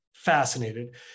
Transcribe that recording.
fascinated